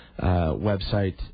website